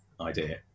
idea